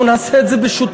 אנחנו נעשה את זה בשותפות,